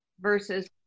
versus